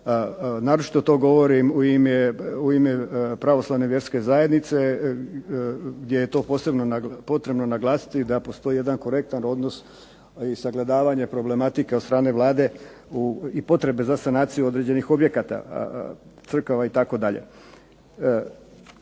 naročito to govorim u ime pravoslavne vjerske zajednice gdje je to posebno potrebno naglasiti da postoji jedan korektan odnos i sagledavanje problematike od strane Vlade i potrebe za sanaciju određenih objekata, crkava itd.